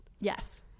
yes